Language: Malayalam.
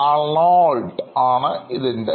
Arnold John E